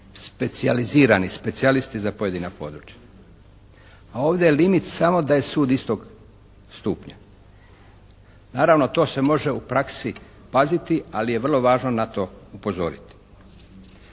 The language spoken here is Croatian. specijalizirani, specijalisti za pojedina područja a ovdje je limit samo da je sud istog stupnja. Naravno, to se može u praksi paziti ali je vrlo važno na to upozoriti.